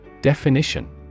Definition